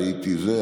הייתי זה,